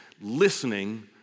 listening